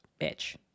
bitch